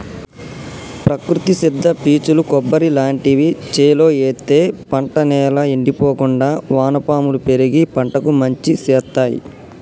ప్రకృతి సిద్ద పీచులు కొబ్బరి లాంటివి చేలో ఎత్తే పంట నేల ఎండిపోకుండా వానపాములు పెరిగి పంటకు మంచి శేత్తాయ్